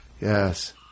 yes